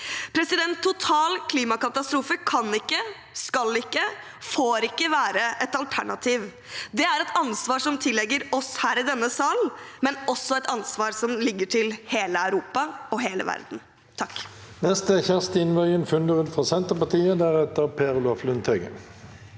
avhengighet. Total klimakatastrofe kan ikke, skal ikke og får ikke være et alternativ. Det er et ansvar som tilligger oss her i denne salen, men også et ansvar som tilligger hele Europa og hele verden.